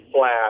flat